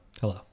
Hello